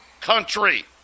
country